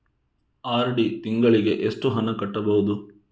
RD ತಿಂಗಳಿಗೆ ಎಷ್ಟು ಹಣ ಕಟ್ಟಬಹುದು?